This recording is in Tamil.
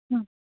ம்